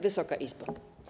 Wysoka Izbo!